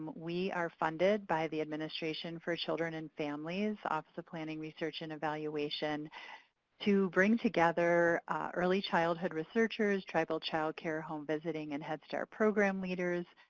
we are funded by the administration for children and families, office of planning research and evaluation to bring together early childhood researchers, tribal child care, home visiting, and head start program leaders,